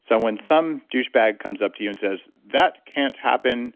so when some douchebag comes up to you and says, that can't happen,